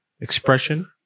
expression